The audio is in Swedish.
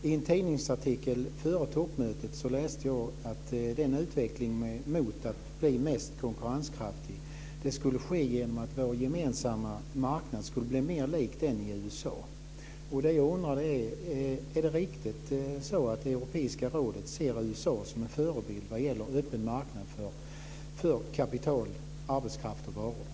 I en tidningsartikel före toppmötet läste jag att utvecklingen mot att bli mest konkurrenskraftig skulle ske genom att vår gemensamma marknad skulle bli mer lik den i USA. Jag undrar om det är riktigt att Europeiska rådet ser USA som en förebild vad gäller öppen marknad för kapital, arbetskraft och varor.